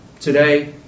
Today